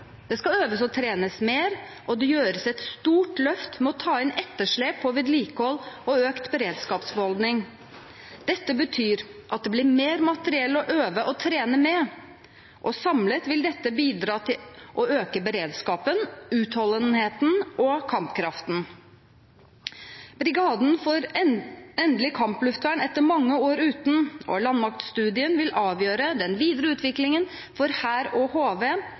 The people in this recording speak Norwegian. Det skal øves og trenes mer, og det gjøres et stort løft med å ta inn etterslep på vedlikehold og økt beredskapsbeholdning. Det betyr at det blir mer materiell å øve og trene med, og samlet vil dette bidra til å øke beredskapen, utholdenheten og kampkraften. Brigaden får endelig kampluftvern etter mange år uten, og landmaktstudien vil avgjøre den videre utviklingen for hær og HV,